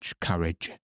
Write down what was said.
courage